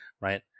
right